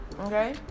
Okay